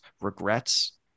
regrets